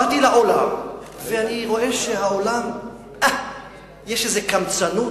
באתי לעולם ואני רואה שהעולם, יש איזו קמצנות,